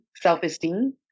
self-esteem